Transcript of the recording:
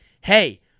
Hey